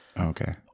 Okay